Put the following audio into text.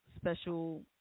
special